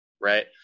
right